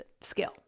skill